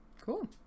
cool